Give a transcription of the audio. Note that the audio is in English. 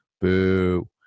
Boo